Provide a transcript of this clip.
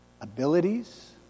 Abilities